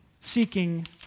seeking